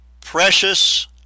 precious